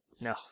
No